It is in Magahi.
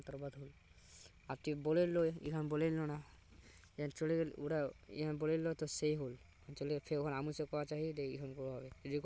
वित्तीय बाजारत लोगला अमतौरत निवेश कोरे छेक